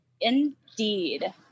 Indeed